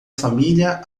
família